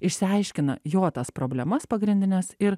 išsiaiškina jo tas problemas pagrindines ir